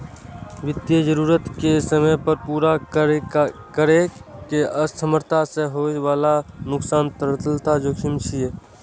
वित्तीय जरूरत कें समय पर पूरा करै मे असमर्थता सं होइ बला नुकसान तरलता जोखिम छियै